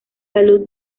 salud